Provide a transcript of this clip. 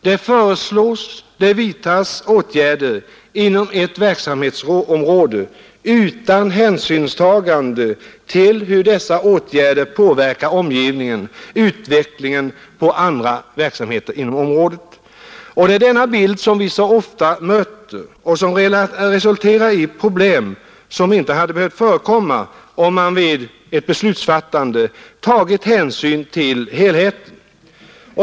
Det föreslås, det vidtas åtgärder inom ett verksamhetsområde utan hänsynstagande till hur dessa åtgärder påverkar omgivningen — utvecklingen för andra verksamheter i området. Och det är denna bild som vi så ofta möter och som resulterar i problem som inte hade behövt förekomma om man vid ett beslutsfattande hade tagit hänsyn till helheten.